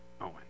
Owen